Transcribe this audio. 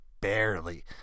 barely